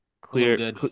clear